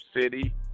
City